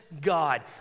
God